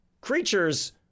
creatures